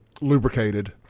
lubricated